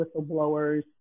whistleblowers